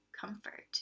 comfort